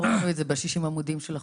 לא ראינו את זה ב-60 עמודים של החוק.